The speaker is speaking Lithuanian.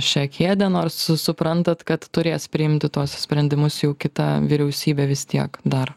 šią kėdę nors suprantat kad turės priimti tuos sprendimus jau kita vyriausybė vis tiek dar